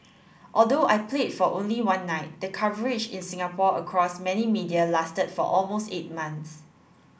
although I played for only one night the coverage in Singapore across many media lasted for almost eight months